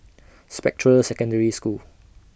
Spectra Secondary School